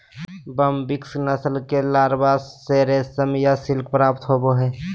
Bombyx नस्ल के larva से रेशम या सिल्क प्राप्त होबा हइ